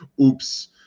Oops